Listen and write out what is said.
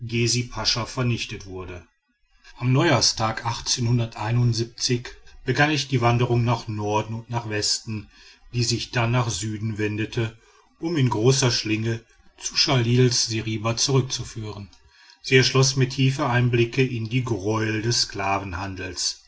gessi pascha vernichtet wurde am neujahrstag begann ich die wanderung nach norden und nach westen die sich dann nach süden wendete um in großer schlinge zu chalils seriba zurückzuführen sie erschloß mir tiefe einblicke in die greuel des